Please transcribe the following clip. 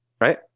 Right